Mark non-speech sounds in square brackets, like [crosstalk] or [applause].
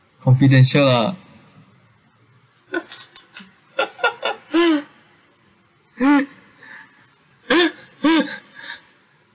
confidential lah [laughs] [noise]